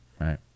right